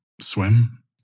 swim